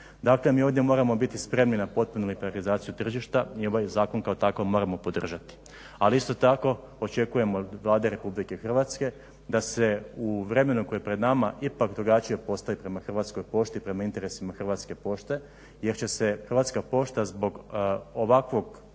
Dakle mi ovdje moramo biti spremni na potpunu legalizaciju tržišta i ovaj zakon kao takav moramo podržati. Ali isto tako očekujemo od Vlade RH da se u vremenu koje je pred nama ipak drugačije postave prema Hrvatskoj pošti i prema interesima Hrvatske pošte jer će se Hrvatska pošta zbog ovakvog